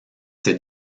ces